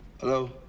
Hello